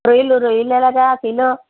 రొయ్యలు రొయ్యలు ఎలాగ కిలో